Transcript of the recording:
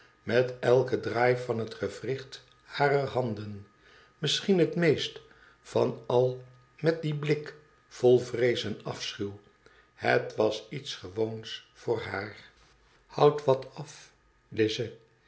met eiken draai van het gewricht harer handen misschien het meest van al met dien blik vol vrees en afschuw het was iets gewoons voor haar houd wat af lize